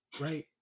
right